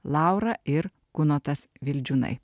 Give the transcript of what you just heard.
laura ir kunotas vildžiūnai